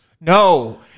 No